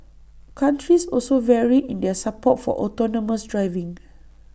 countries also vary in their support for autonomous driving